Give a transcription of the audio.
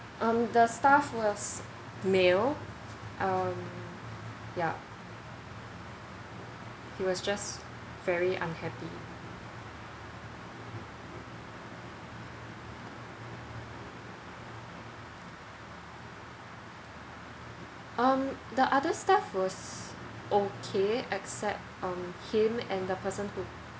um the staff was neil um yeah he was just very unhappy um the other staff was okay except um him and the person who